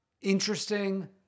interesting